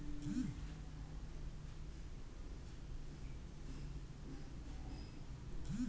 ಲವಂಗ ಖಾರದಿಂದ ಕೂಡಿದ ಪರಿಮಳಯುಕ್ತ ಸಾಂಬಾರ ವಸ್ತು ಮೂಲತ ಇದು ಇಂಡೋನೇಷ್ಯಾದ್ದಾಗಿದ್ದು ಮರದಂತೆ ಬೆಳೆಯುತ್ತದೆ